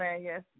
yes